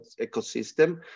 ecosystem